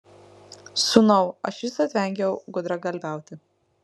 sūnau aš visad vengiau gudragalviauti